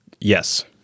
Yes